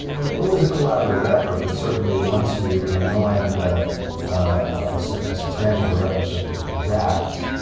yeah it was a collaborative effort, but certainly, once you anoint a a substantial director such as mr. zaks,